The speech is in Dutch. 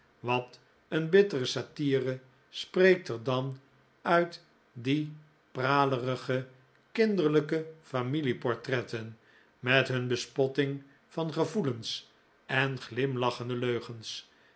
wat een bittere satire spreekt er dan uit die pralerige kinderlijke familie-portretten met hun bespotting van gevoelens en glimlachende leugens